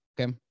Okay